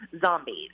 zombies